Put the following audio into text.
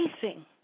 facing